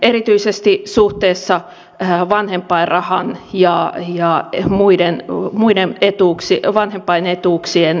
erityisesti suhteessa vanhempainrahan ja muiden vanhempainetuuksien